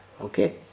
Okay